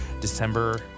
December